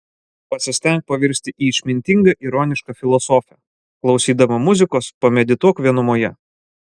pasistenk pavirsti į išmintingą ironišką filosofę klausydama muzikos pamedituok vienumoje